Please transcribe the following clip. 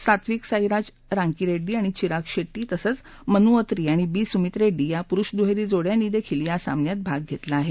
सात्विकसाईराज रांकीरेड्डी आणि चिराग शेट्टी तसंच मनु अत्री आणि बी सुमिथ रेड्डी या पुरुष दुहेरी जोडयांनी देखील या सामन्यात भाग घेतला आहे